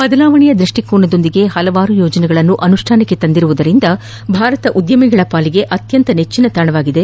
ಬದಲಾವಣೆಯ ದ್ವಷ್ಷಿಕೋನದೊಂದಿಗೆ ಪಲವಾರು ಯೋಜನೆಗಳನ್ನು ಅನುಷ್ಟಾನಕ್ಕೆ ತಂದಿರುವುದರಿಂದ ಭಾರತ ಉದ್ದಮಿಗಳ ಪಾಲಿಗೆ ಅತ್ನಂತ ನೆಚ್ಚಿನ ತಾಣವಾಗಿದೆ